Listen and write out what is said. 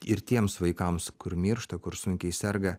ir tiems vaikams kur miršta kur sunkiai serga